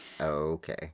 Okay